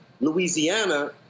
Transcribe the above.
Louisiana